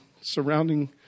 surrounding